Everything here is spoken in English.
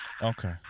Okay